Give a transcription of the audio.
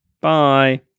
Bye